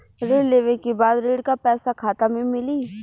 ऋण लेवे के बाद ऋण का पैसा खाता में मिली?